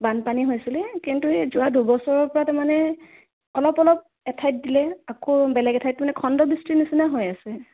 বানপানী হৈছিলে কিন্তু এই যোৱা দুবছৰৰ পৰা তাৰমানে অলপ অলপ এঠাইত দিলে আকৌ বেলেগ এঠাইত মানে খন্দ বৃষ্টি নিচিনা হৈ আছে